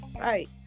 right